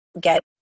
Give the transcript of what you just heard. get